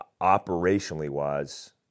operationally-wise